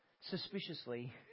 suspiciously